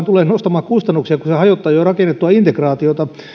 tulee nostamaan kustannuksia kun se hajottaa jo rakennettua integraatiota